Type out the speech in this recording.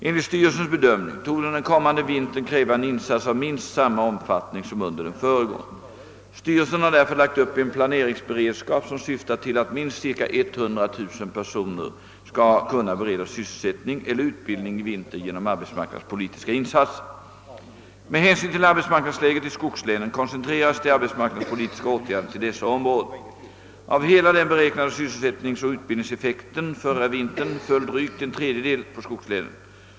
Enligt styrelsens bedömning torde den kommande vintern kräva en insats av minst samma omfattning som under den föregående. Styrelsen har därför lagt upp en planeringsberedskap som syftar till att minst cirka 100 000 personer skall kunna beredas sysselsättning eller utbildning i vinter genom arbetsmarknadspolitiska insatser. Med hänsyn till arbetsmarknadsläget i skogslänen koncentreras de arbetsmarknadspolitiska åtgärderna till dessa områden. Av hela den beräknade sysselsättningsoch = utbildningseffekten förra vintern föll drygt en tredjedel på skogslänen.